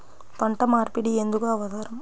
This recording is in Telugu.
పంట మార్పిడి ఎందుకు అవసరం?